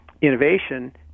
innovation